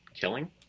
killing